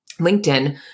LinkedIn